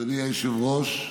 אדוני היושב-ראש,